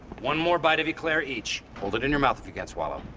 one more bite of eclair each. hold it in your mouth if you can't swallow.